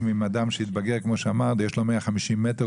אדם שהתבגר ויש לו דירה של 150 מטר,